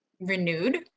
renewed